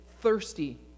thirsty